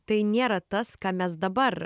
tai nėra tas ką mes dabar